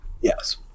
yes